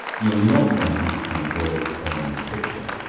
you're not going to have the kind of world of tones picture.